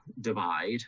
divide